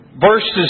verses